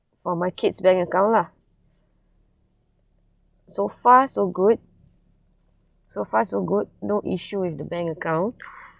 for my kids bank account lah so far so good so far so good no issue with the bank account